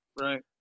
right